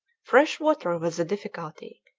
fresh water was the difficulty,